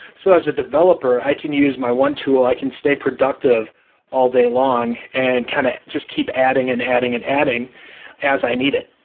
so as a developer, i can use my one tool. i can stay productive all day long and kind of just keep adding and adding and adding as i need it.